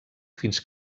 fins